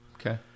Okay